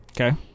Okay